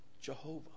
Jehovah